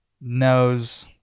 knows